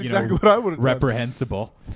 reprehensible